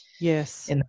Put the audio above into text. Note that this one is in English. Yes